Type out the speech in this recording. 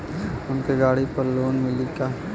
हमके गाड़ी पर लोन मिली का?